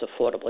affordable